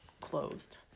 closed